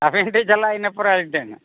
ᱟᱵᱮᱱ ᱴᱷᱮᱱ ᱪᱟᱞᱟᱜᱼᱟ ᱤᱱᱟᱹ ᱯᱚᱨᱮ ᱟᱹᱞᱤᱧ ᱴᱷᱮᱱ ᱦᱟᱸᱜ